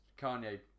Kanye